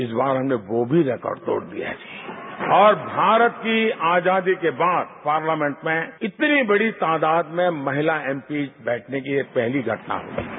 इस बार हमने वो भी रिकॉर्ड तोड़ दिया और भारत की आजादी के बाद पार्लियामेंट में इतनी बड़ी तादाद में महिला एमपी बैठने की ये पहली घटना हुई है